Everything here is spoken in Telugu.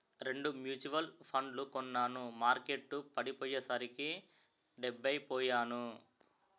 రెండు మ్యూచువల్ ఫండ్లు కొన్నాను మార్కెట్టు పడిపోయ్యేసరికి డెబ్బై పొయ్యాను